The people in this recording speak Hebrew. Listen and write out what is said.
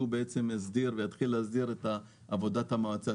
הוא בעצם יתחיל להסדיר את עבודת המועצה.